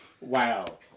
Wow